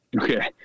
Okay